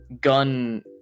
gun